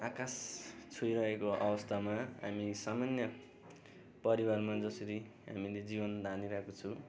आकाश छुइरहेको अवस्थामा हामी सामान्य परिवारमा जसरी हामीले धानी रहेको छु